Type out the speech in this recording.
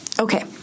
Okay